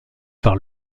par